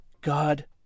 God